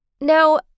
Now